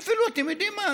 ואפילו, אתם יודעים מה?